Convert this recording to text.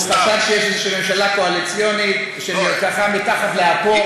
הוא חשב שיש ממשלה קואליציונית שנרקחה מתחת לאפו.